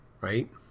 right